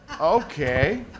okay